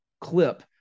clip